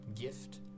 gift